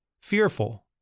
fearful